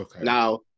Now